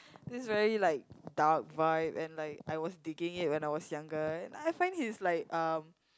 this very like dark vibe and like I was digging it when I was younger and I find he's like uh